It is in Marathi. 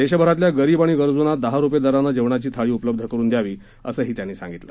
देशभरातल्या गरीब आणि गरजूंना दहा रूपये दरानं जेवणाची थाळी उपलब्ध करून द्यावी असंही त्यांनी सांगितलं